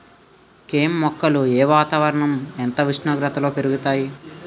కెమ్ మొక్కలు ఏ వాతావరణం ఎంత ఉష్ణోగ్రతలో పెరుగుతాయి?